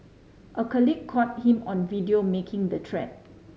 a colleague caught him on video making the threat